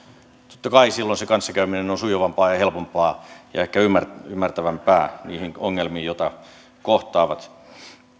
totta kai silloin se kanssakäyminen on sujuvampaa helpompaa ja ehkä ymmärtävämpää ymmärtävämpää suhteessa niihin ongelmiin joita kohdataan